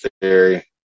Theory